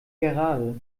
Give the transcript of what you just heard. gerade